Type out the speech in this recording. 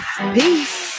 Peace